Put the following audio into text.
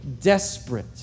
desperate